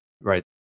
Right